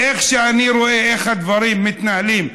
איך שאני רואה איך הדברים מתנהלים,